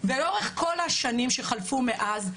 ולאורך כל השנים שחלפו מאז,